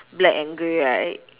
black and grey right